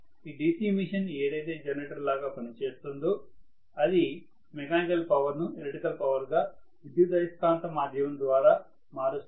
ఈ DC machine ఏదైతే generator లాగా పని చేస్తోందో అది మెకానికల్ పవర్ ను ఎలక్ట్రికల్ పవర్ గా విద్యుదయస్కాంత మాధ్యమం ద్వారా మారుస్తుంది